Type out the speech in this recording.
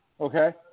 Okay